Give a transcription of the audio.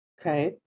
Okay